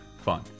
Fun